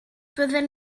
byddwn